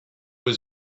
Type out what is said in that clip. was